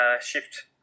shift